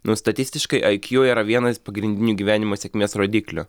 nu statistiškai ai kju yra vienas pagrindinių gyvenimo sėkmės rodiklių